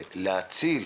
מתחילים.